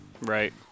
Right